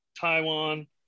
Taiwan